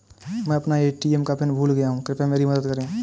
मैं अपना ए.टी.एम का पिन भूल गया हूं, कृपया मेरी मदद करें